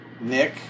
Nick